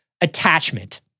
attachment